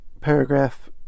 paragraph